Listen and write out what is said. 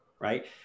right